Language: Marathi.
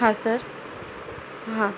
हां सर हां